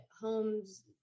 homes